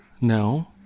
No